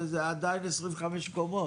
וזה עדיין 25 קומות.